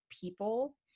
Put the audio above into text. people